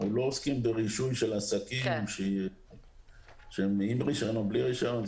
אנחנו לא עוסקים ברישום של עסקים שהם עם רישיון או בלי רישיון.